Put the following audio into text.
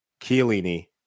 Chiellini